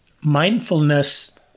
Mindfulness